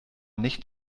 nicht